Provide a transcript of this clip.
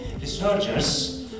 researchers